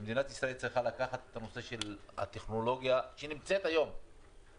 שמדינת ישראל צריכה לקחת את הנושא של הטכנולוגיה שנמצאת היום ושימושית,